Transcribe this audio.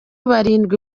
barindwi